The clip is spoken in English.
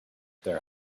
their